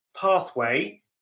pathway